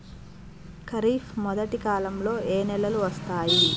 ఖరీఫ్ మొదటి కాలంలో ఏ నెలలు వస్తాయి?